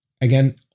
Again